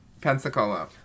Pensacola